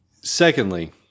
Secondly